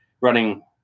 running